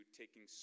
taking